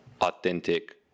authentic